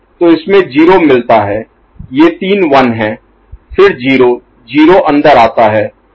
तो इसमें 0 मिलता है ये तीन 1 हैं फिर 0 0 अंदर आता है